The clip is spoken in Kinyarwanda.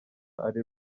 ari